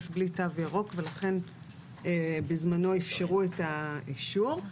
בלי תו ירוק ולכן בזמנו אפשרו את האישור.